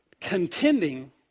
contending